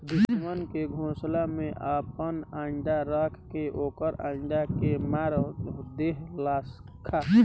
दुश्मन के घोसला में आपन अंडा राख के ओकर अंडा के मार देहलखा